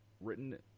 written